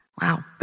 wow